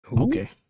Okay